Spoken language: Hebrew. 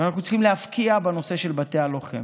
אנחנו צריכים להבקיע בנושא של בתי הלוחם.